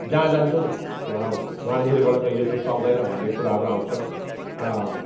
जहाँ जान्छौँ वहाँ अब वहाँनिरबाट त यो त चल्दैन भन्ने कुराहरू आउँछ